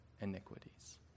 iniquities